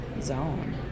zone